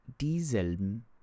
dieselben